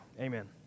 Amen